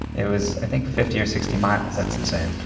it was i think fifty or sixty miles. that's insane.